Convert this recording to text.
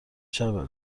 شبه